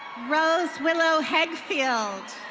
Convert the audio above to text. rose willow hegfield.